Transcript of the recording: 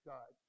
God